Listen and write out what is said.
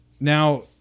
Now